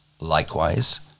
Likewise